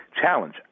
challenge